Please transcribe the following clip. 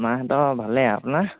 মাহঁতৰ ভালে আপোনাৰ